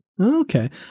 Okay